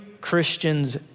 Christian's